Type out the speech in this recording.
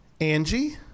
Angie